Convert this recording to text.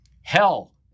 hell